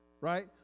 right